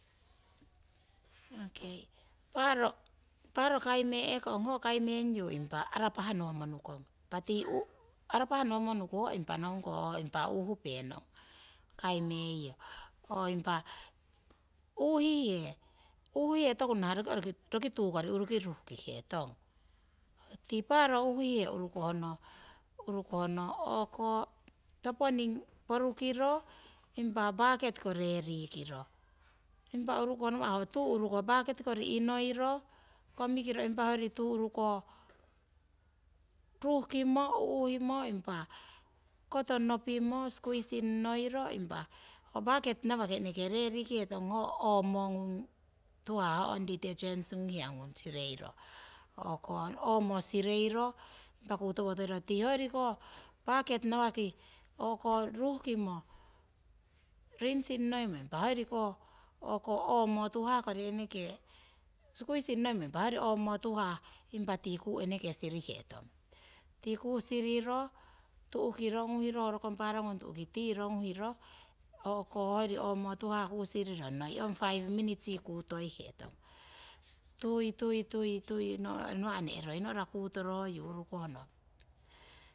okei paro paro kaime'kong ho kaimengyu impa arapah nowo monukong, impa tii arapah nowo monuku ho impa nohungkong ong impa uuhupenong kaimeiyo. Impa uuhihe, uuhihe toku nah roki oruki tuu kori urukoh ruhkihetong. Tii paro uuhihe urukohno, urukohno o'ko toponing porukiro, impa bucket ko reri kori, impa urukoh nawa' ho tuu urukoh bucket kori inoiro, komikiro impa hoyori tuu urukoh ruhkimo uuhimo impa koto nopimo squeezing noiro impa ho bucket nawaki eneke reri kihetong ho omo ngung tuhah ho ong detergents hiya ngung sireiro, o'ko omo sireiro impa kutowo toiro tii impa hoyori koh bucket nawaki o'ko ruhkimo, rinsing ngoimo impa hoyori ko o'ko omo tuhah kori eneke squeezing ngoimo hoyori ko omo tuhah impa tii kuu eneke sirihetong. Tii kuu siriro, tu'ki ronguhiro ho rokong parongung tu'ki tii ronguhiro, o'ko hoyori omo tuhah siriro noi ong five minutes yii kutoihetong. Tui tui tui tui nawa' ne'roi no'ra kutoroyu urukohno